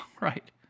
Right